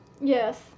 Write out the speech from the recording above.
Yes